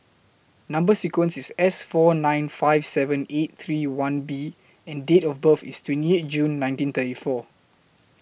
Number sequence IS S four nine five seven eight three one B and Date of birth IS twenty eight June nineteen thirty four